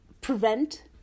prevent